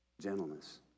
gentleness